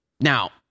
Now